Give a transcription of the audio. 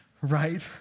right